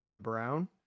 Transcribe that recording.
Brown